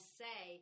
say